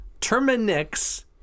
Terminix